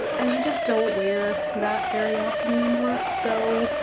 and i just don't wear that very often anymore, so